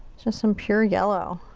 just some pure yellow.